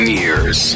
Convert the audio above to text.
years